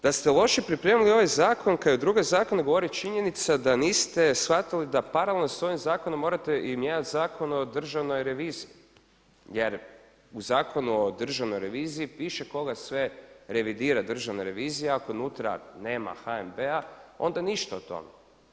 Da ste loše pripremili ovaj zakon kao i druge zakone govori činjenica da niste shvatili da paralelno sa ovim zakonom morate i mijenjati Zakon o državnoj reviziji jer u Zakonu o državnoj reviziji piše koga sve revidira državna revizija ako unutra nema HNB-a onda ništa od toga.